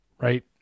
Right